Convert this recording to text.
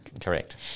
Correct